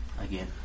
again